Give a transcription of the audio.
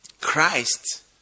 Christ